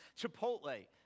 Chipotle